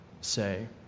say